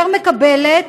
יותר מקבלת,